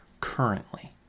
currently